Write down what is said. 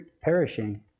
perishing